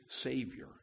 Savior